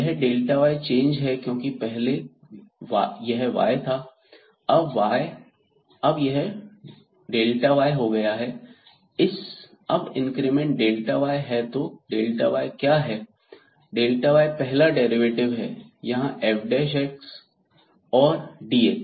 यह y change है क्योंकि पहले y यह था और अब y यह हो गया है अब इंक्रीमेंट y है तो यह y क्या है y पहला डेरिवेटिव है यहां f और dx